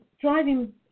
driving